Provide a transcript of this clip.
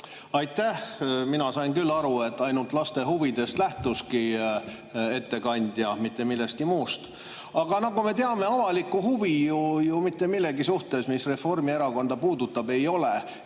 Aitäh! Mina sain küll aru, et ainult laste huvidest lähtuski ettekandja, mitte millestki muust. Aga nagu me teame, avalikku huvi ju mitte millegi vastu, mis Reformierakonda puudutab, ei ole.